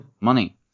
money